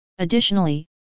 Additionally